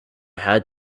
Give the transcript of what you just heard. had